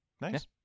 Nice